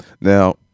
Now